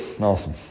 Awesome